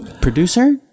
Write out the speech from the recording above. Producer